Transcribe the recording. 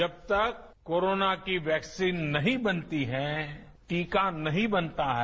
जब तक कोरोना की वैक्सीन नहीं बनती है टीका नहीं बनता है